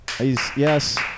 Yes